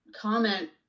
comment